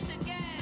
again